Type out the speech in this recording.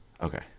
Okay